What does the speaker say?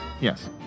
yes